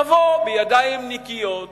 תבוא בידיים נקיות ותגיד: